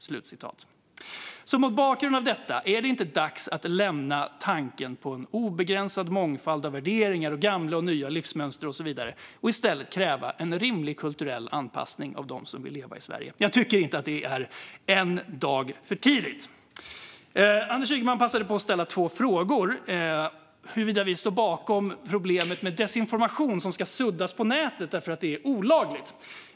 Är det inte, mot bakgrund av detta, dags att lämna tanken på en obegränsad mångfald av värderingar, gamla och nya livsmönster och så vidare och i stället kräva en rimlig kulturell anpassning av dem som vill leva i Sverige? Jag tycker inte att det är en dag för tidigt. Anders Ygeman passade på att ställa två frågor. Bland annat frågade han huruvida vi står bakom problemet med desinformation som ska suddas på nätet därför att det är olagligt.